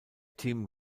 team